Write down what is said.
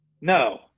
No